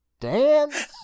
dance